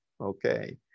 Okay